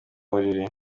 buriri